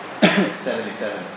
77